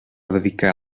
dedicar